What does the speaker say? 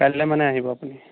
কাইলে মানে আহিব আপুনি